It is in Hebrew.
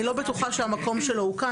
אני לא בטוחה שהמקום שלו הוא כאן,